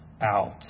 out